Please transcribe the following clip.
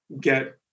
get